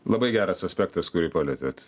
labai geras aspektas kurį palietėt